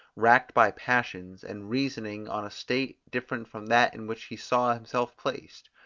racked by passions, and reasoning on a state different from that in which he saw himself placed.